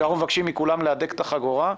כשאנחנו מבקשים מכולם להדק את החגורה,